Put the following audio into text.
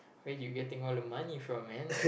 where do you getting all the money from man